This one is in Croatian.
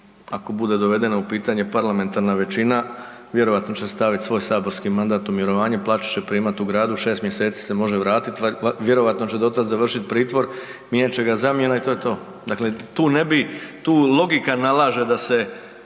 ako bude dovedeno u pitanje parlamentarna većina, vjerojatno će staviti svoj saborski mandat u mirovanje, plaću će primati u gradu, 6 mjeseci se može vratiti, vjerojatno će do tad završiti pritvor, mijenjat će ga zamjena i to je to. Dakle, tu ne bi, tu logika nalaže da se